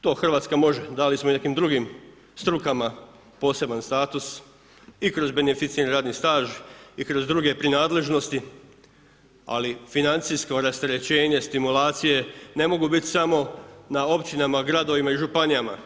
To Hrvatska može, dali smo i nekim drugim strukama poseban status i kroz beneficiran radni staž i kroz druge prinadležnosti, ali financijsko rasterećenje, stimulacije, ne mogu biti samo na općinama, gradovima i županijama.